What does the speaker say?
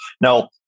Now